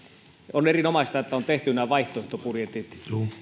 on erinomaista että on tehty nämä vaihtoehtobudjetit